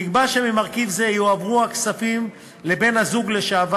נקבע שממרכיב זה יועברו הכספים לבן-הזוג לשעבר